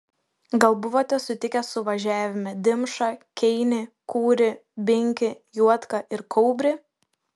gal buvote sutikę suvažiavime dimšą keinį kūrį binkį juodką ir kaubrį